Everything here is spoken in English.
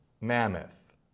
Mammoth